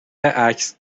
عکس